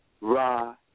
Ra